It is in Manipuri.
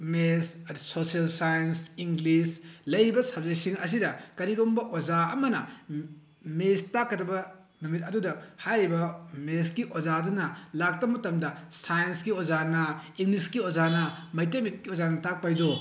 ꯃꯦꯠꯁ ꯑꯗꯨꯗꯩ ꯁꯣꯁꯤꯌꯦꯜ ꯁꯥꯏꯟꯁ ꯏꯪꯂꯤꯁ ꯂꯩꯔꯤꯕ ꯁꯕꯖꯦꯛꯁꯤꯡ ꯑꯁꯤꯗ ꯀꯔꯤꯒꯨꯝꯕ ꯑꯣꯖꯥ ꯑꯃꯅ ꯃꯦꯠꯁ ꯇꯥꯛꯀꯗꯕ ꯅꯨꯃꯤꯠ ꯑꯗꯨꯗ ꯍꯥꯏꯔꯤꯕ ꯃꯦꯠꯁꯀꯤ ꯑꯣꯖꯥꯗꯨꯅ ꯂꯥꯛꯇꯕ ꯃꯇꯝꯗ ꯁꯥꯏꯟꯁꯀꯤ ꯑꯣꯖꯥꯅ ꯏꯪꯂꯤꯁꯀꯤ ꯑꯣꯖꯥꯅ ꯃꯩꯇꯩ ꯃꯌꯦꯛꯀꯤ ꯑꯣꯖꯥꯅ ꯇꯥꯛꯄ ꯍꯥꯏꯗꯣ